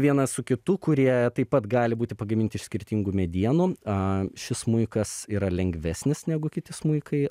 vienas su kitu kurie taip pat gali būti pagaminti iš skirtingų medienų a šis smuikas yra lengvesnis negu kiti smuikai